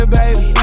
baby